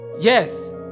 Yes